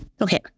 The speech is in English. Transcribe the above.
okay